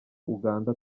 uganda